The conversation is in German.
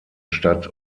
stadt